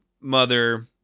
mother